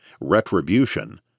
retribution